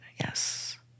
Yes